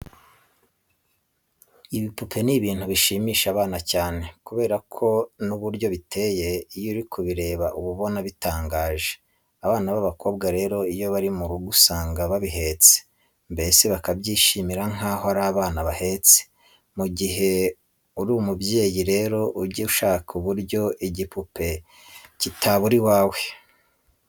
Ibipupe ni ibintu bishimisha abana cyane kubera ko n'uburyo biteye, iyo uri kubireba uba ubona bitangaje. Abana b'abakobwa rero iyo bari mu rugo usanga babihetse, mbese bakabyishimira nkaho ari abana bahetse. Mu gihe uri umubyeyi rero ujye ushaka uburyo igipupe cyitabura iwawe.